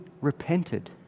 repented